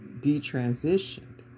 detransitioned